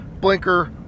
Blinker